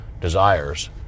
desires